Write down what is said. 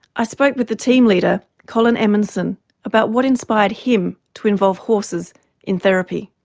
i spoke with the team leader colin emonson about what inspired him to involve horses in therapy.